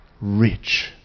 rich